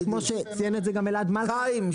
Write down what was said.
יש כמו שציין את זה גם אלעד מלכא -- חיים,